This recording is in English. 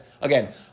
again